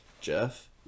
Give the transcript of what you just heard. Jeff